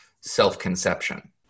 self-conception